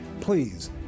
please